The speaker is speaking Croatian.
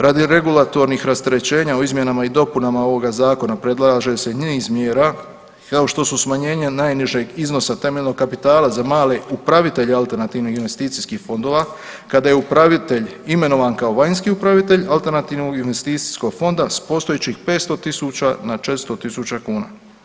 Radi regulatornih rasterećenja u izmjenama i dopunama ovoga zakona, predlaže se i niz mjera kao što su smanjenje najnižeg iznosa temeljnog kapitala za male upravitelje alternativnih investicijskih fondova kada je upravitelj imenovan kao vanjski upravitelj alternativnog investicijskog fonda s postojećeg 500 na 400 000 kuna.